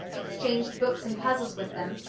exchanged books and puzzles with them,